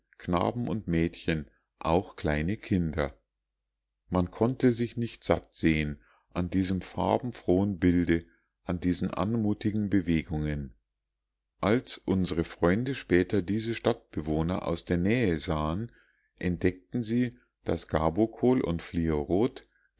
knaben und mädchen auch kleine kinder man konnte sich nicht satt sehen an diesem farbenfrohen bilde an diesen anmutigen bewegungen als unsre freunde später diese stadtbewohner aus der nähe sahen entdeckten sie daß gabokol und